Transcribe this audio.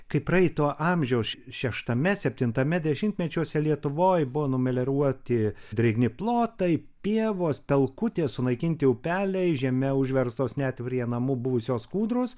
kai praeito amžiaus šeštame septintame dešimtmečiuose lietuvoj buvo numelioruoti drėgni plotai pievos pelkutės sunaikinti upeliai žeme užverstos net prie namų buvusios kūdros